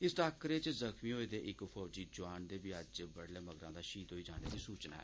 इस टाकरे च जख्मी होए दे इक फौजी जोआन दे बी मगरा दा शहीद होई जाने दी सूचना ऐ